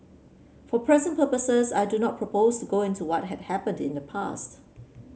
for present purposes I do not propose to go into what had happened in the past